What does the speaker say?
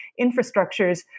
infrastructures